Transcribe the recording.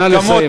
נא לסיים.